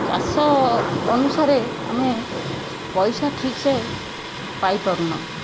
ଚାଷ ଅନୁସାରେ ଆମେ ପଇସା ଠିକ୍ ସେ ପାଇ ପାରୁନାହୁଁ